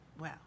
Wow